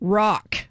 rock